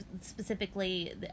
specifically